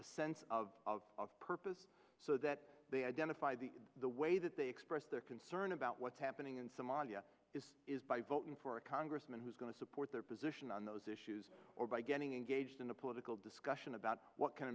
sense of purpose so that they identify the the way that they express their concern about what's happening in somalia is is by voting for a congressman who's going to support their position on those issues or by getting engaged in a political discussion about what can